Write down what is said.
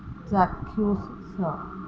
ଚାକ୍ଷୁଷ